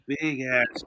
big-ass